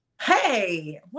Hey